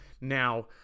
Now